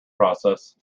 process